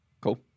Cool